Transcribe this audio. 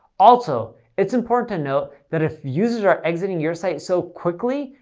also, it's important to note that if users are exiting your site so quickly,